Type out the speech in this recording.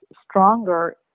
stronger